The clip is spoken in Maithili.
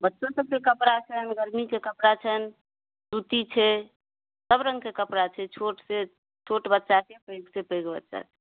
बच्चो सबके कपड़ा छनि गर्मीके कपड़ा छनि सूती छै सब रङ्गके कपड़ा छै छोट सँ छोट बच्चाके पैघ सँ पैघ बच्चाके